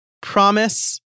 promise